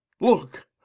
Look